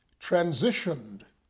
transitioned